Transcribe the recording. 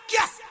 Yes